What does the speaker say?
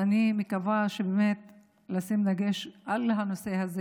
אני מקווה באמת לשים דגש על הנושא הזה